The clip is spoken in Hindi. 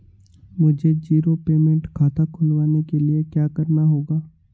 मुझे जीरो पेमेंट खाता खुलवाने के लिए क्या करना होगा?